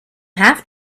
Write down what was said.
have